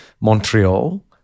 Montreal